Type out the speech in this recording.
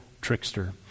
trickster